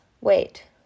wait